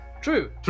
True